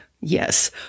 yes